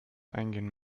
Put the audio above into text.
eingehen